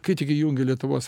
kai tik įjungiu lietuvos